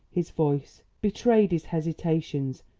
his voice, betrayed his hesitations,